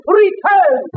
return